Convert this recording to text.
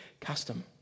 custom